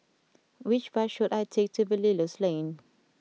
which bus should I take to Belilios Lane